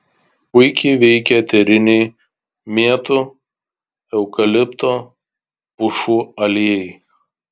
puikiai veikia eteriniai mėtų eukalipto pušų aliejai